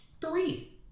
three